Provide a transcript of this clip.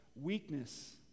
weakness